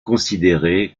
considéré